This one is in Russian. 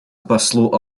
послу